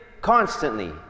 constantly